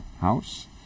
house